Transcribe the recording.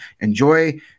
Enjoy